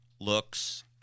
looks